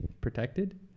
protected